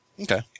Okay